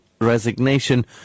resignation